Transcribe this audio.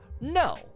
No